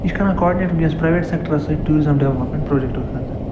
یہِ چھِ کَران کاڈِنیٹ وُنکٮ۪نس پرٛیویٹ سیٚکٹرس سۭتۍ ٹیٛوٗرِزٕم ڈیولپمٮ۪نٛٹ پرٛوجٮ۪کٹن